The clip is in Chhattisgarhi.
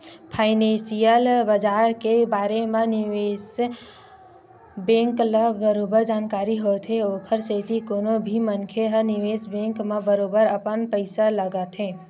फानेंसियल बजार के बारे म निवेस बेंक ल बरोबर जानकारी होथे ओखर सेती कोनो भी मनखे ह निवेस बेंक म बरोबर अपन पइसा लगाथे